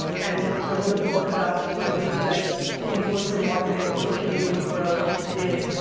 and i wrote a book about my belief that influencer marketing and social media would grow. it did.